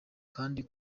kandi